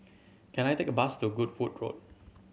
can I take a bus to Goodwood Road